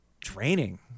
draining